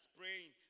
praying